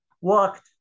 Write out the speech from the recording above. walked